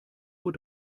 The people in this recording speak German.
uhr